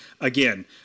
again